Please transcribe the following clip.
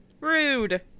rude